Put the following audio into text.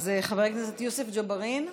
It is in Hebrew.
אז חבר הכנסת יוסף ג'בארין.